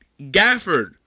Gafford